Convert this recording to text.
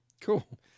cool